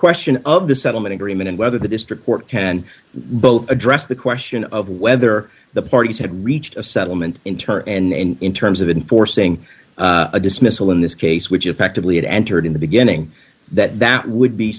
question of the settlement agreement and whether the district court can both address the question of whether the parties had reached a settlement inter and in terms of enforcing a dismissal in this case which effectively it entered in the beginning that that would be